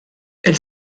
elle